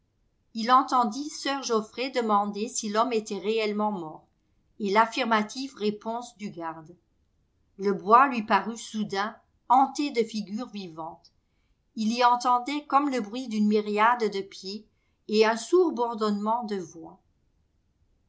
il entendit sir geoffrey demander si l'homme était réellement mort et l'affirmative réponse du garde le bois lui parut soudain hanté de figures vivantes il y entendait comme le bruit d'une myriade de pieds et un sourd bourdonnement de voix